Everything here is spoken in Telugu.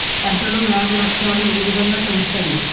పంటలో వ్యాధి లక్షణాలు ఏ విధంగా తెలుస్తయి?